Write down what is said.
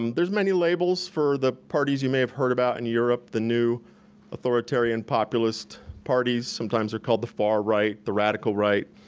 um there's many labels for the parties you may have heard about in europe, the new authoritarian populist parties, sometimes they're called the far right, the radical right,